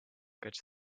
get